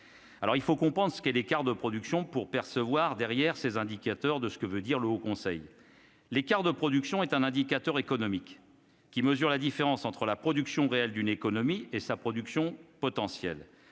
Alors il faut comprendre ce qu'est l'écart de production pour percevoir derrière ces indicateurs de ce que veut dire le Haut conseil, l'écart de production est un indicateur économique, qui mesure la différence entre la production réelle d'une économie et sa production potentielle,